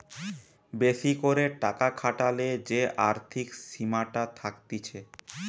বেশি করে টাকা খাটালে যে আর্থিক সীমাটা থাকতিছে